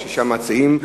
נגד ששת המציעים.